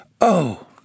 Oh